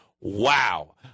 wow